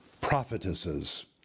prophetesses